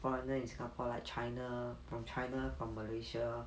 foreigner in singapore like china from china from malaysia